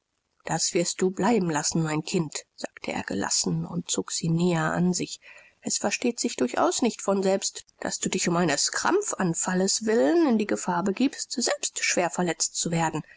das wirst du bleiben lassen mein kind sagte er gelassen und zog sie näher an sich es versteht sich durchaus nicht von selbst daß du dich um eines krampfanfalles willen in die gefahr begibst selbst schwer verletzt zu werden